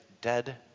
dead